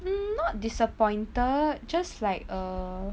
mm not disappointed just like a